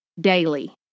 Daily